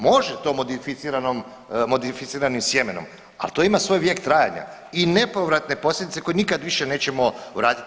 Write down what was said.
Može to modificiranim sjemenom, ali to ima svoj vijek trajanja i nepovratne posljedice koje nikad više nećemo vratiti.